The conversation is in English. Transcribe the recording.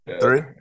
Three